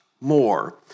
more